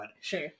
Sure